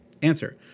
Answer